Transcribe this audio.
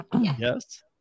Yes